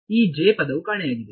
ಈ ಪದವು ಕಾಣೆಯಾಗಿದೆ